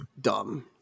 dumb